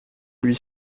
lui